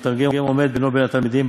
המתרגם עומד בינו ובין התלמידים,